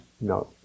no